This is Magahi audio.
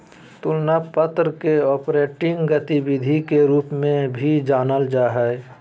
तुलना पत्र के ऑपरेटिंग गतिविधि के रूप में भी जानल जा हइ